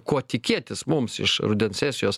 ko tikėtis mums iš rudens sesijos